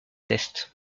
tests